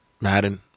Madden